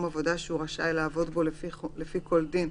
עבודה שהוא רשאי לעבוד בו לפי כל דין,